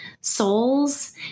souls